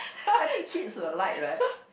I think kids will like right